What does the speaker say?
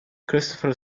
christopher